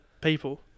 people